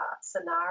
Scenario